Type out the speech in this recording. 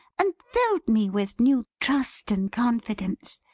and filled me with new trust and confidence.